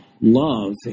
Love